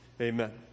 amen